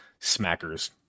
Smackers